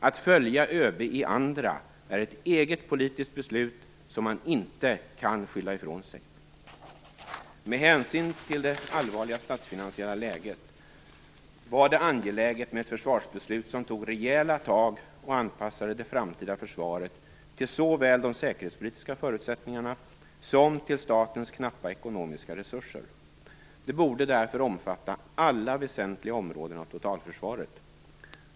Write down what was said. Att följa ÖB i andra förslag är ett eget politiskt beslut som man inte kan skylla ifrån sig. Med hänsyn till det allvarliga statsfinansiella läget var det angeläget med ett försvarsbeslut som tog rejäla tag och anpassade det framtida försvaret till såväl de säkerhetspolitiska förutsättningarna som statens knappa ekonomiska resurser. Det borde därför omfatta alla väsentliga områden av totalförsvaret.